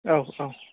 औ औ